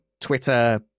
Twitter